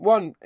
One